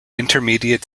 intermediate